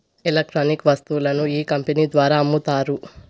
electronic వస్తువులను ఈ company ద్వారా అమ్ముతారు